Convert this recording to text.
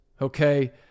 okay